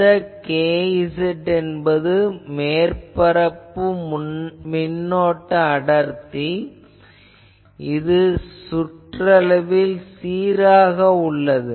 இந்த kz என்பது மேற்பரப்பு மின்னோட்ட அடர்த்தி இது சுற்றளவில் சீராக உள்ளது